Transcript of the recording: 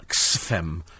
XFM